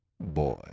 boy